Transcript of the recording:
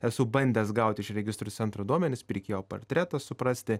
esu bandęs gauti iš registrų centro duomenis pirkėjo portretą suprasti